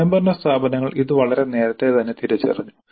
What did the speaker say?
സ്വയംഭരണ സ്ഥാപനങ്ങൾ ഇത് വളരെ നേരത്തെ തന്നെ തിരിച്ചറിഞ്ഞു